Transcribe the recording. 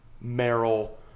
Merrill